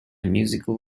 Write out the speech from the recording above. musical